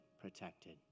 protected